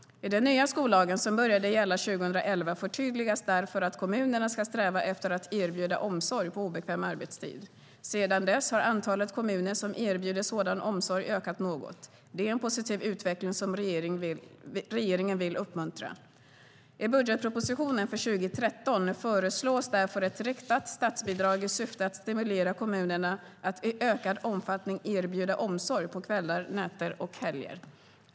I den nya skollagen som började gälla 2011 förtydligas därför att kommunerna ska sträva efter att erbjuda omsorg på obekväm arbetstid. Sedan dess har antalet kommuner som erbjuder sådan omsorg ökat något. Det är en positiv utveckling som regeringen vill uppmuntra. I budgetpropositionen för 2013 föreslås därför ett riktat statsbidrag i syfte att stimulera kommunerna att i ökad omfattning erbjuda omsorg på kvällar, nätter och helger.